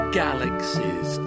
galaxies